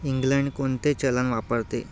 England कोणते चलन वापरते